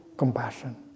compassion